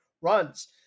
runs